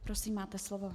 Prosím, máte slovo.